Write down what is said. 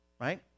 Right